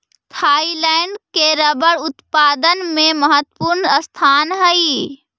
Thailand के rubber उत्पादन में महत्त्वपूर्ण स्थान हइ